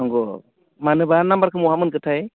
नोंग' मानोबा नाम्बारखौ महा मोनखोथाय